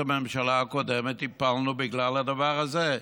את הממשלה הקודמת הפלנו בגלל הדבר הזה.